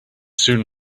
soon